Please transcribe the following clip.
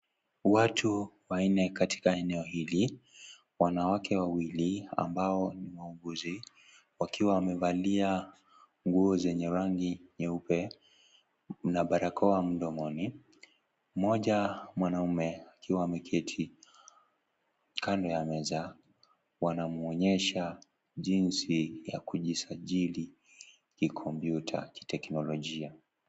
Watu wanna katika eneo hili. Wanawake wawili ambao ni wauaguzi wakiwa wamevalia nguo zenye rangi nyeupe na barakoa mdomoni. Mmoja mwanaume akiwa ameketi kando ya meza wanamuonyesha jinsi ya kujisajiri kikompyuta kiteknolojia.